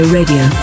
Radio